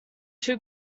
too